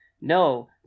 No